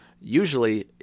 Usually